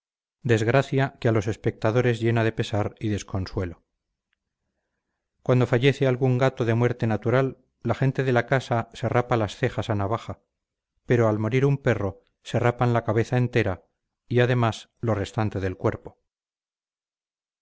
desgracia que a los espectadores llena de pesar y desconsuelo cuando fallece algún gato de muerte natural la gente de la casa se rapa las cejas a navaja pero al morir un perro se rapan la cabeza entera y además lo restante del cuerpo